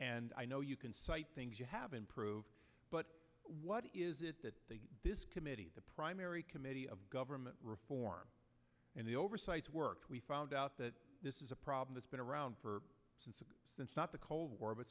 and i know you can cite things you haven't proved but what is it that this committee the primary committee of government reform and the oversight work we found out that this is a problem that's been around for since the cold war but